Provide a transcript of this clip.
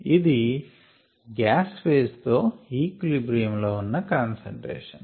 ఇది gas phase తో equilibrium లో ఉన్న కాన్సంట్రేషన్